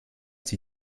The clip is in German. sie